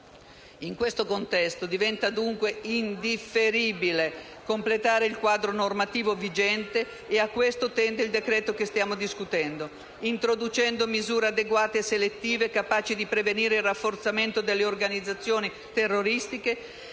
In questo contesto, diventa dunque indifferibile completare il quadro normativo vigente - obiettivo cui tende il decreto-legge in discussione - introducendo misure adeguate e selettive capaci di prevenire il rafforzamento delle organizzazioni terroristiche